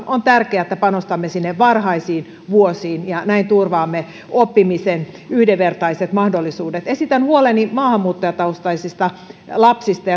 on tärkeää että panostamme sinne varhaisiin vuosiin ja näin turvaamme oppimisen yhdenvertaiset mahdollisuudet esitän huoleni maahanmuuttajataustaisista lapsista